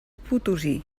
potosí